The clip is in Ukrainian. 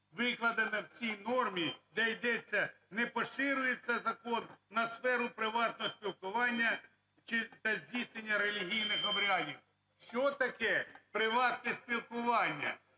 викладене в цій нормі, де йдеться: не поширюється закон на сферу приватного спілкування чи на здійснення релігійних обрядів. Що таке "приватне спілкування"?